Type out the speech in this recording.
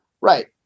Right